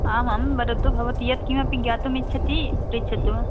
आम् आं वदतु भवती यत्किमपि ज्ञातुम् इच्छति पृच्छतु